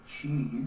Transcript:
cheese